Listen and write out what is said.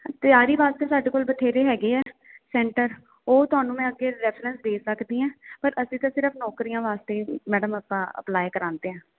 ਤਿਆਰੀ ਵਾਸਤੇ ਸਾਡੇ ਕੋਲ ਬਥੇਰੇ ਹੈਗੇ ਆ ਸੈਂਟਰ ਉਹ ਤੁਹਾਨੂੰ ਮੈਂ ਅੱਗੇ ਰੈਫਰੈਂਸ ਦੇ ਸਕਦੀ ਹਾਂ ਪਰ ਅਸੀਂ ਤਾਂ ਸਿਰਫ ਨੌਕਰੀਆਂ ਵਾਸਤੇ ਮੈਡਮ ਆਪਾਂ ਅਪਲਾਈ ਕਰਾਉਂਦੇ ਆ